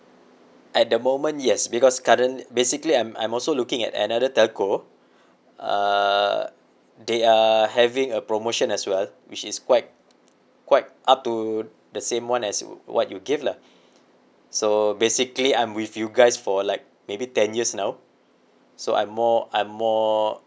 at the moment yes because currently basically I'm I'm also looking at another telco uh they are having a promotion as well which is quite quite up to the same one as what you give lah so basically I'm with you guys for like maybe ten years now so I more I'm more